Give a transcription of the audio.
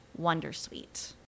Wondersuite